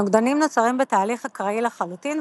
הנוגדנים נוצרים בתהליך אקראי לחלוטין,